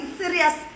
serious